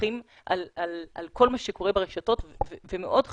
כמפקחים על כל מה שקורה ברשתות ומאוד חשוב,